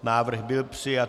Návrh byl přijat.